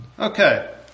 Okay